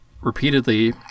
repeatedly